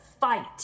fight